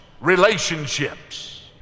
relationships